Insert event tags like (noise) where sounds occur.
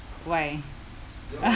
why (laughs)